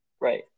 right